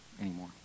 anymore